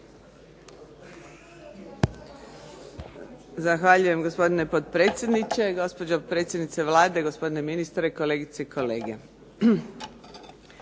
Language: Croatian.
Zahvaljujem gospodine potpredsjedniče, gospođo predsjednice Vlade, gospodine ministre, kolegice i kolege.